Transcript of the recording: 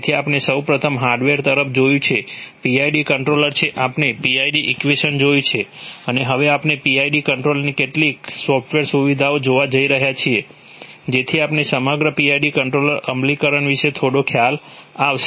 તેથી આપણે સૌ પ્રથમ હાર્ડવેર તરફ જોયું જે PID કંટ્રોલર છે આપણે PID ઇક્વેશન જોયું છે અને હવે આપણે PID કંટ્રોલરની કેટલીક સોફ્ટવેર સુવિધાઓ જોવા જઈ રહ્યા છીએ જેથી આપણને સમગ્ર PID કંટ્રોલર અમલીકરણ વિશે થોડો ખ્યાલ આવે